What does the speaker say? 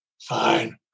fine